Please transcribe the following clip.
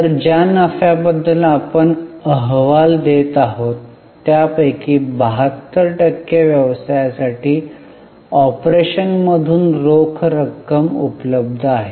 तर ज्या नफ्याबद्दल आपण अहवाल देत आहोत त्यापैकी 72 टक्के व्यवसायासाठी ऑपरेशन मधून रोख रक्कम उपलब्ध आहे